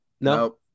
No